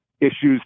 issues